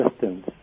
distance